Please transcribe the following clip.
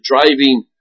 driving